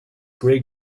grey